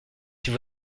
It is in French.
vous